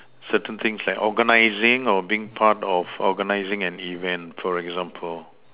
certain things like organizing or being part of organizing an event for example